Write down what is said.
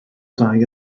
dai